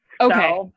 Okay